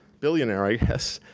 billionaire i guess,